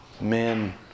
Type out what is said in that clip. men